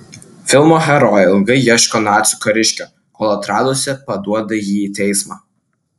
filmo herojė ilgai ieško nacių kariškio kol atradusi paduoda jį į teismą